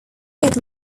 pope